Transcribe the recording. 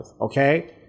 okay